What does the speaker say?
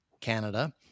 Canada